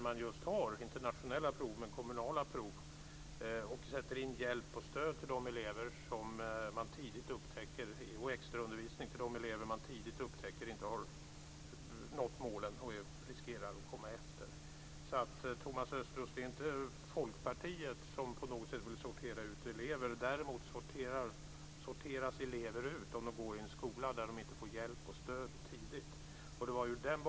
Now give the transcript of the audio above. Man har inte nationella men kommunala prov och sätter tidigt in hjälp, stöd och extraundervisning för de elever som man upptäcker inte har nått målen och som riskerar att komma efter. Det är inte Folkpartiet som vill sortera ut elever, Thomas Östros. Däremot sorteras elever ut om de går i en skola där de inte får hjälp och stöd tidigt.